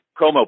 promo